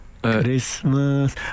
Christmas